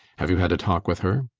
have you had a talk with her?